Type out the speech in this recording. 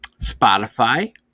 Spotify